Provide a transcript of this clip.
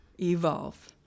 evolve